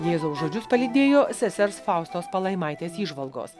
jėzaus žodžius palydėjo sesers faustos palaimaitės įžvalgos